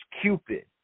Cupid